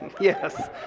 Yes